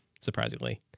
surprisingly